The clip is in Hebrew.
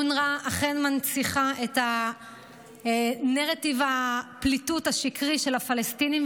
אונר"א אכן מנציחה את נרטיב הפליטות השקרי של הפלסטינים,